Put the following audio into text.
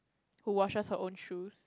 who washes her own shoes